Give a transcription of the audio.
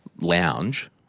lounge